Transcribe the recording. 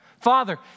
Father